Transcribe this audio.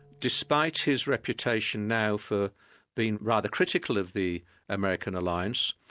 despite his reputation now for being rather critical of the american alliance,